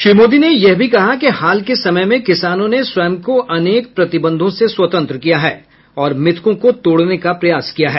श्री मोदी ने यह भी कहा कि हाल के समय में किसानों ने स्वयं को अनेक प्रतिबंधों से स्वतंत्र किया है और मिथकों को तोड़ने का प्रयास किया है